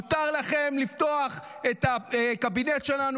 מותר לכם לפתוח את הקבינט שלנו,